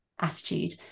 attitude